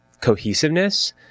cohesiveness